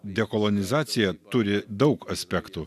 dekolonizacija turi daug aspektų